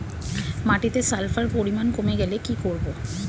মাটিতে সালফার পরিমাণ কমে গেলে কি করব?